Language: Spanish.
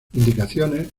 indicaciones